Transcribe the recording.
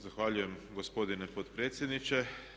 Zahvaljujem gospodine potpredsjedniče.